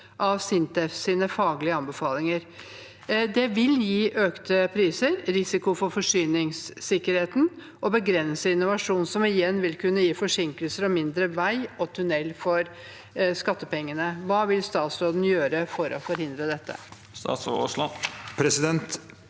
av SINTEF sine faglige anbefalinger. Det vil kunne gi økte priser, risiko for forsyningssikkerheten, og begrense innovasjon – som igjen vil kunne gi forsinkelser og mindre vei og tunnel for skattepengene. Hva vil statsråden gjøre for å forhindre dette?»